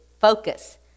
focus